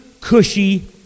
cushy